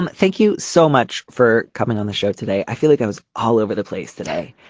and thank you so much for coming on the show today. i feel like i was all over the place today.